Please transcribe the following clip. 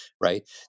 right